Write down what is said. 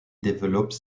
développe